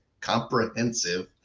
comprehensive